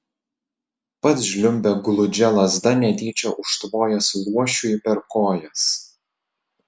pats žliumbė gludžia lazda netyčia užtvojęs luošiui per kojas